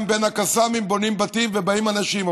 גם בין הקסאמים בונים בתים ובאים אנשים.